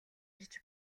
ирж